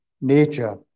nature